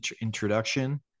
introduction